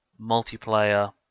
multiplayer